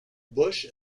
busch